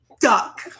duck